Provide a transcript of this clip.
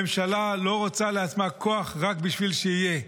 ממשלה לא רוצה לעצמה כוח רק בשביל שיהיה,